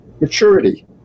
maturity